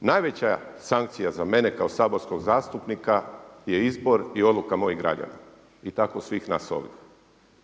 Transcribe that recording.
Najveća sankcija za mene kao saborskog zastupnika je izbor i odluka mojih građana i tako svih nas ovdje.